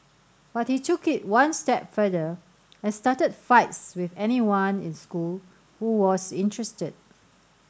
but he took it one step further and started fights with anyone in school who was interested